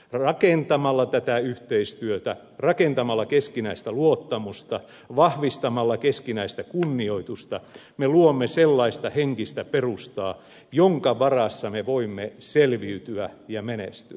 rakentamalla tätä yhteistyötä rakentamalla keskinäistä luottamusta vahvistamalla keskinäistä kunnioitusta me luomme sellaista henkistä perustaa jonka varassa me voimme selviytyä ja menestyä